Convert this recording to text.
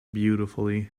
beautifully